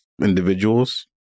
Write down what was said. individuals